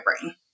brain